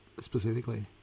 specifically